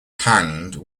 hanged